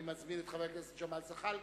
אני מזמין את חבר הכנסת ג'מאל זחאלקה,